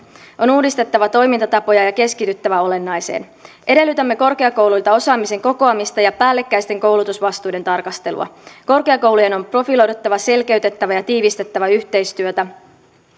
on uudistettava toimintatapoja ja keskityttävä olennaiseen edellytämme korkeakouluilta osaamisen kokoamista ja päällekkäisten koulutusvastuiden tarkastelua korkeakoulujen on profiloiduttava selkeytettävä ja tiivistettävä yhteistyötä